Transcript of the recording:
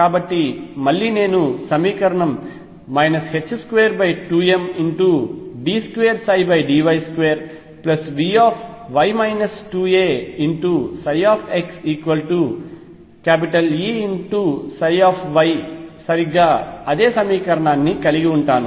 కాబట్టి మళ్లీ నేను సమీకరణం 22md2dy2Vy 2axEψy సరిగ్గా అదే సమీకరణాన్ని కలిగి ఉంటాను